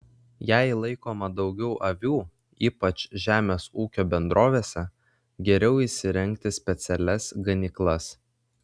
jei laikoma daugiau avių ypač žemės ūkio bendrovėse geriau įsirengti specialias ganyklas